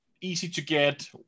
easy-to-get